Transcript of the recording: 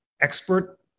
expert